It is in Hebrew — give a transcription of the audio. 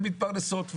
והן מתפרנסות.